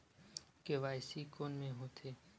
KYC कोन में होथे?